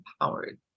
empowered